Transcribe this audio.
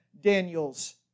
Daniel's